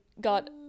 got